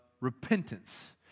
repentance